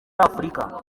afurika